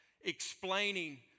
explaining